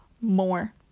more